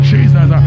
Jesus